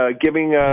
giving